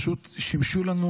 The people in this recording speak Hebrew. הם פשוט שימשו לנו